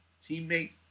teammate